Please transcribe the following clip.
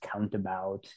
Countabout